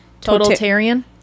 totalitarian